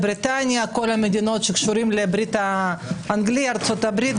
בריטניה וכל המדינות שקשורות לברית האנגלית: ארצות הברית,